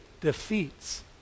defeats